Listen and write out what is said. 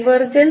H